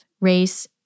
race